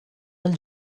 als